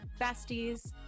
besties